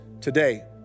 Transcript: today